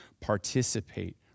participate